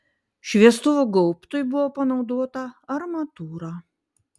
šviestuvo gaubtui buvo panaudota armatūra